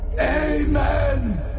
Amen